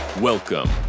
Welcome